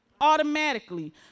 Automatically